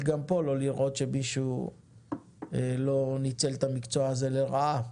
גם פה לא לראות שמישהו לא ניצל את המקצוע הזה לרעה.